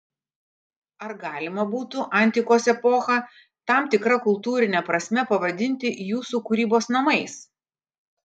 ar galima būtų antikos epochą tam tikra kultūrine prasme pavadinti jūsų kūrybos namais